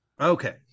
okay